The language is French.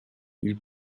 ils